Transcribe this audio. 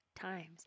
times